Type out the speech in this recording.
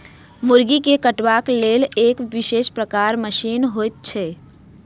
मुर्गी के कटबाक लेल एक विशेष प्रकारक मशीन होइत छै